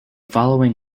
following